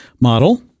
model